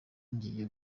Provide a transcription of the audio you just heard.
ngiye